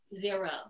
Zero